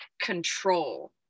control